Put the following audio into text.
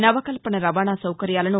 నవకల్పన రవాణా సౌకర్యాలను